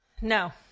no